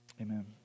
Amen